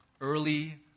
Early